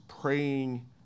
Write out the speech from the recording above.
praying